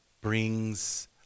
brings